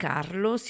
Carlo